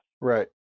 Right